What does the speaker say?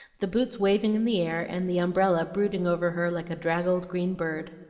the boots waving in the air, and the umbrella brooding over her like a draggled green bird.